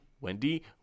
Wendy